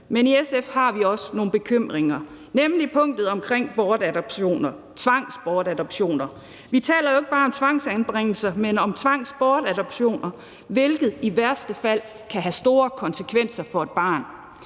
Men i SF har vi også nogle bekymringer, nemlig hvad angår punktet om tvangsbortadoptioner. Vi taler jo ikke bare om tvangsanbringelser, men om tvangsbortadoptioner, hvilket i værste fald kan have store konsekvenser for et barn.